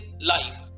life